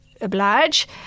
oblige